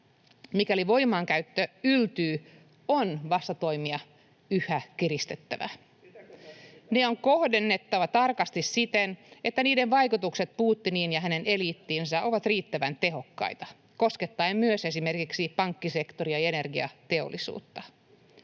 Mikäli voimankäyttö yltyy, on vastatoimia yhä kiristettävä. Ne on kohdennettava tarkasti siten, että niiden vaikutukset Putiniin ja hänen eliittiinsä ovat riittävän tehokkaita koskettaen myös esimerkiksi pankkisektoria ja energiateollisuutta.